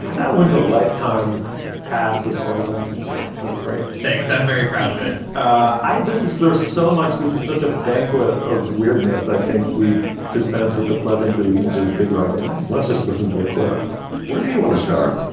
that one's a lifetime pass as far as i'm concerned. that's great. thanks. i'm very proud of it i this is there's so much this is such a banquet of weirdness. i think we dispense with the pleasantries and just dig right in. let's just listen to a clip where do you want to start?